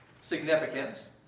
significance